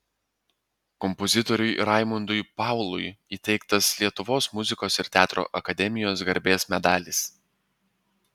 kompozitoriui raimondui paului įteiktas lietuvos muzikos ir teatro akademijos garbės medalis